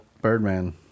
Birdman